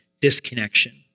disconnection